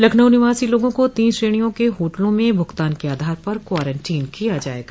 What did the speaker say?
लखनऊ निवासी लोगों को तीन श्रेणियों के होटलों में भूगतान के आधार पर क्वारेंटीन किया जायेगा